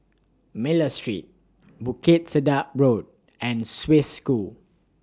Miller Street Bukit Sedap Road and Swiss School